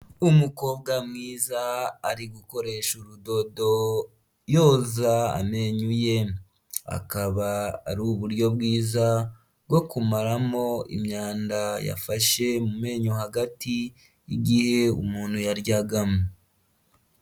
Umukobwa mwiza ari gukoresha urudodo yoza amenyo ye akaba ari uburyo bwiza bwo kumaramo imyanda yafashe mu menyo hagati, igihe umuntu yaryaga.